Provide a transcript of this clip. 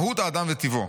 "מהות האדם וטיבו.